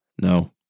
No